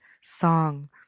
song